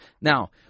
Now